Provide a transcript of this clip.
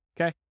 Okay